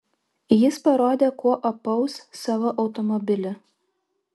jis parodė kuo apaus savo automobilį